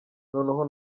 noneho